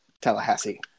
Tallahassee